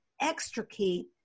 extricate